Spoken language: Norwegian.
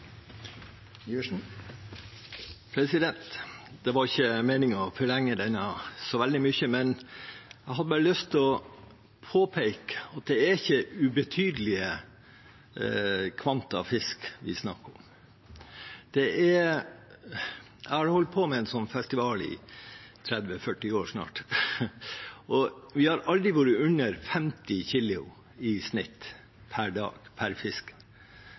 Det var ikke meningen å forlenge denne debatten veldig mye. Jeg har bare lyst til å påpeke at det ikke er ubetydelige kvanta fisk vi snakker om. Jeg har holdt på med en festival i snart 40 år. Vi har aldri vært under 50 kg i snitt pr. dag